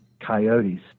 coyotes